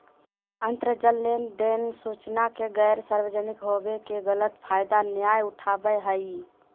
अंतरजाल लेनदेन सूचना के गैर सार्वजनिक होबो के गलत फायदा नयय उठाबैय हइ